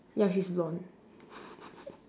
ya she's blonde